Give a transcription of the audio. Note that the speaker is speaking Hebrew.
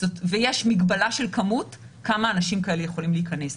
יש מגבלה של כמות כמה אנשים כאלה יכולים להיכנס.